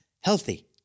healthy